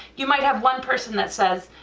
you might have one person that says,